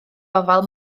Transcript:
ofal